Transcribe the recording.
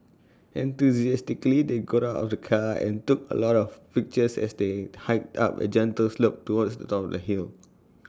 enthusiastically they got out of the car and took A lot of pictures as they hiked up A gentle slope towards the top of the hill